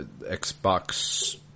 Xbox